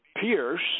pierce